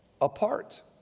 apart